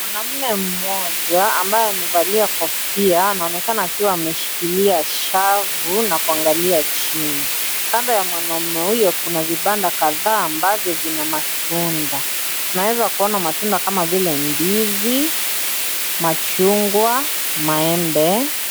Mwanaume mmoja ambaye amevalia kofia anaonekana akiwa ameshikilia shavu na kuangalia chini. Kando ya mwanaume huyo kuna vibanda kadhaa ambavyo vina matunda tunaweza kuona matunda kama vile ndizi machungwa , maembe.